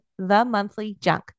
ThemonthlyJunk